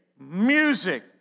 music